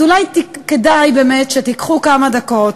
אז אולי כדאי באמת שתיקחו כמה דקות